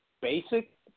basic